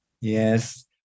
Yes